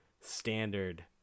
standard